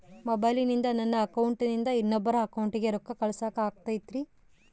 ಮೊಬೈಲಿಂದ ನನ್ನ ಅಕೌಂಟಿಂದ ಇನ್ನೊಬ್ಬರ ಅಕೌಂಟಿಗೆ ರೊಕ್ಕ ಕಳಸಾಕ ಆಗ್ತೈತ್ರಿ?